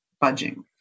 budging